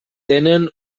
tenen